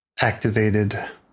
activated